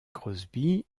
crosby